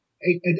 Hey